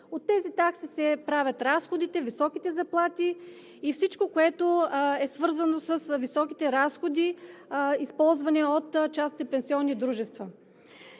От тези такси се правят разходите, високите заплати и всичко, което е свързано с високите разходи, използвани от частните пенсионни дружества.